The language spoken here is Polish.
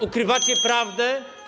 Ukrywacie prawdę.